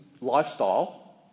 lifestyle